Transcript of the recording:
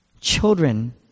Children